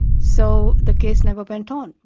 so the case never went on.